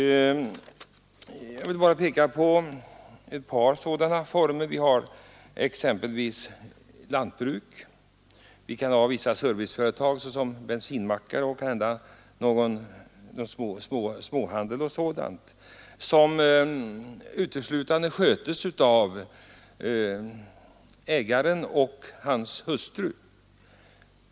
Jag vill peka på ett par typer av företag, nämligen lantbruk och vissa serviceföretag, t.ex. bensinmackar, som uteslutande sköts av ägaren och hans hustru.